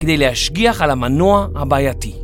כדי להשגיח על המנוע הבעייתי.